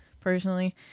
personally